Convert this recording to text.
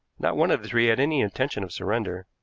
not one of the three had any intention of surrender,